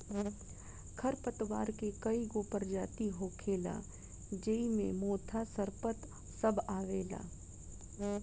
खर पतवार के कई गो परजाती होखेला ज़ेइ मे मोथा, सरपत सब आवेला